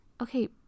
okay